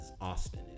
Austin